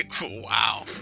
wow